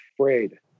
afraid